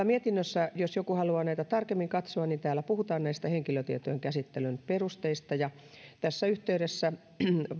mietinnössä jos joku haluaa näitä tarkemmin katsoa puhutaan henkilötietojen käsittelyn perusteista ja tässä yhteydessä